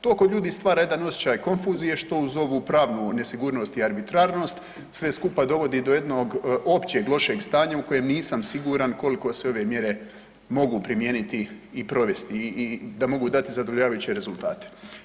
To kod ljudi stvara jedan osjećaj konfuzije što uz ovu pravnu nesigurnost i arbitrarnost sve skupa dovodi do jednog općeg lošeg stanja u kojem nisam siguran koliko se ove mjere mogu primijeniti i provesti i da mogu dati zadovoljavajuće rezultate.